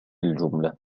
الجملة